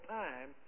time